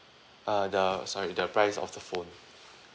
uh the sorry the price of the phone